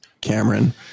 cameron